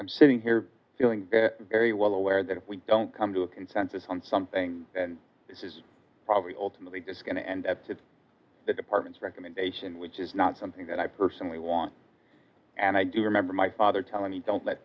i'm sitting here feeling very well aware that if we don't come to a consensus on something this is probably ultimately this going to end up to the department's recommendation which is not something that i personally want and i do remember my father telling me don't let